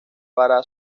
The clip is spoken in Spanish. para